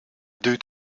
due